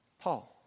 Paul